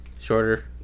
shorter